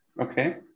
okay